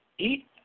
Eat